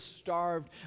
starved